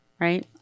Right